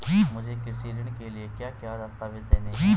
मुझे कृषि ऋण के लिए क्या क्या दस्तावेज़ देने हैं?